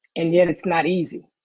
and yet, it's not easy.